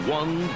one